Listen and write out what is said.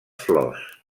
flors